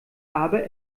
aber